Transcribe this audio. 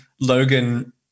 Logan